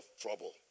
trouble